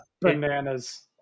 bananas